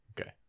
Okay